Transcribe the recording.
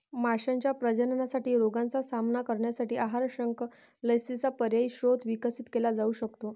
माशांच्या प्रजननासाठी रोगांचा सामना करण्यासाठी आहार, शंख, लसींचा पर्यायी स्रोत विकसित केला जाऊ शकतो